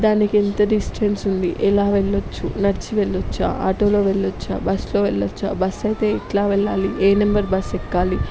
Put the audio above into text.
దానికి ఎంత డిస్టెన్స్ ఉంది ఎలా వెళ్ళొచ్చు నడిచి వెళ్ళొచ్చు ఆటోలో వెళ్ళొచ్చు బస్సులో వెళ్ళొచ్చు బస్సు అయితే ఎట్లా వెళ్ళాలి ఏమేం ఏ నెంబర్ బస్సు ఎక్కాలి